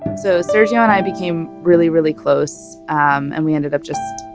so sergiusz and i became really really close, um and we ended up just,